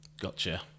Gotcha